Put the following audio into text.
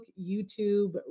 YouTube